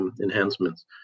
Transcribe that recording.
Enhancements